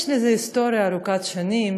יש לזה היסטוריה ארוכת שנים,